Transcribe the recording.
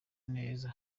neza